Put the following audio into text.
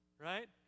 right